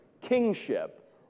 kingship